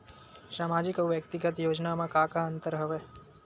सामाजिक अउ व्यक्तिगत योजना म का का अंतर हवय?